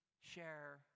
share